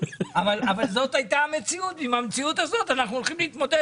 אבל זאת הייתה המציאות ועם המציאות הזאת אנחנו הולכים להתמודד,